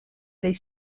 les